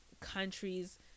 countries